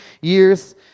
years